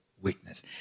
weakness